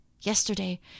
Yesterday